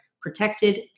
protected